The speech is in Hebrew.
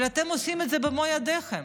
אבל אתם עושים את זה במו ידיכם,